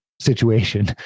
situation